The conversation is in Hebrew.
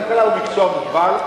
כלכלה היא מקצוע מוגבל,